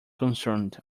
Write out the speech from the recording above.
concerned